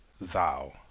thou